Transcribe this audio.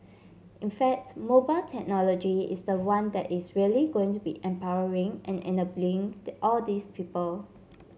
in facts mobile technology is the one that is really going to be empowering and enabling all these people